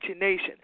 Nation